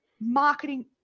marketing